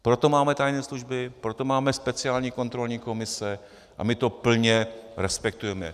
Proto máme tajné služby, proto máme speciální kontrolní komise, a my to plně respektujeme.